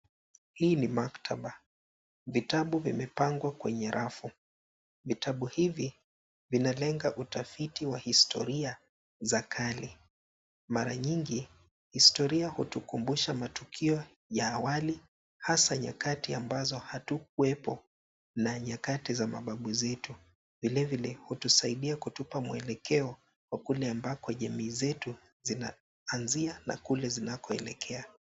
Hii ni maktaba. Vitabu vimepangwa kwenye rafu. Vitabu hivi vinalenga utafiti wa historia za kale. Mara nyingi, historia hutukumbusha matukio ya awali, hasa nyakati ambazo hatukuwepo na nyakati za mababu zetu. Vilevile, hutusaidia kutupa mwelekeo wa kule ambako jamii zetu zinaanzia na kule zinakoelekea.